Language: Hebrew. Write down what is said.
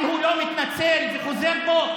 אם הוא לא מתנצל וחוזר בו,